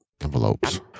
envelopes